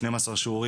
שנים עשר שיעורים.